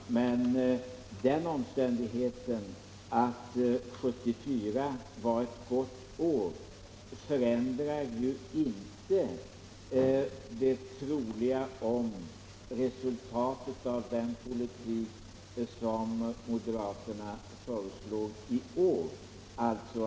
Fru talman! Den omständigheten att 1974 var ett gott år förändrar inte uppfattningen om det troliga resultatet av den politik som moderaterna föreslår i år.